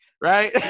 right